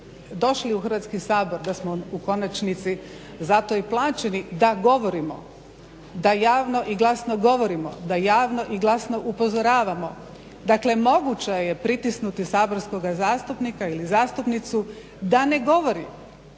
došli u Hrvatski sabor da smo u konačnici zato i plaćeni da govorimo, da javno i glasno govorimo, da javno i glasno upozoravamo dakle moguće je pritisnuti saborskoga zastupnika ili zastupnicu da ne govori